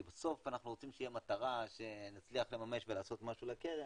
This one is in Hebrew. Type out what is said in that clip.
כי בסוף אנחנו רוצים שתהיה מטרה שנצליח לממש ולעשות משהו בקרן,